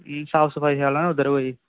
साफ सफाई शैल ना उद्धर होई दी